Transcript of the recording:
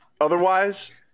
otherwise